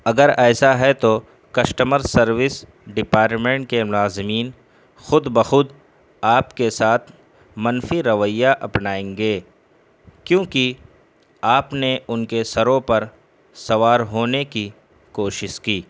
اگر ایسا ہے تو کسٹمر سروس ڈپارمن کے ملازمین خود بخود آپ کے ساتھ منفی رویہ اپنائیں گے کیوںکہ آپ نے ان کے سروں پر سوار ہونے کی کوشش کی